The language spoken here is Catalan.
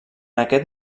aquest